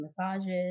massages